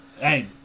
Hey